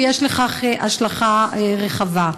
ויש לכך השלכה רחבה.